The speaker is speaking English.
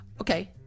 Okay